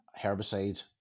herbicides